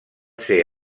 ser